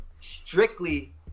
strictly